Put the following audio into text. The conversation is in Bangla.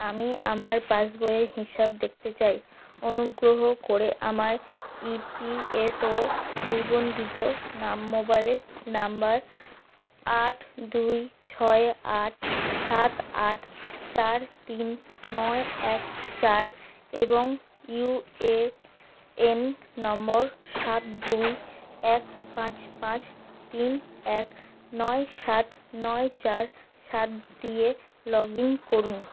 আমি আমার পাসবইয়ের হিসাব দেখতে চাই অনুগ্রহ করে আমার ই পি এফ ও নিবন্ধিত নাম মোবাইল নম্বর আট দুই ছয় আট সাত আট চার তিন নয় এক চার এবং ইউ এ এন নম্বর সাত দুই এক পাঁচ পাঁচ তিন এক নয় সাত নয় চার সাত দিয়ে লগ ইন করুন